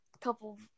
couple